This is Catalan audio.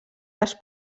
les